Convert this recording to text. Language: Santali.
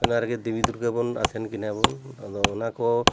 ᱚᱱᱟ ᱨᱮᱜᱮ ᱫᱮᱢᱤ ᱫᱩᱨᱜᱟᱹ ᱵᱚᱱ ᱟᱥᱮᱱ ᱠᱤᱱᱟᱵᱚᱱ ᱟᱫᱚ ᱚᱱᱟ ᱠᱚ